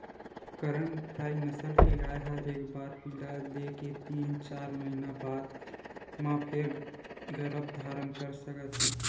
करन फ्राइ नसल के गाय ह एक बार पिला दे के तीन, चार महिना बाद म फेर गरभ धारन कर सकत हे